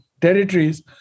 territories